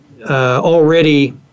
already